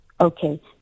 Okay